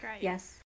Yes